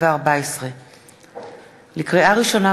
התשע"ה 2014. לקריאה ראשונה,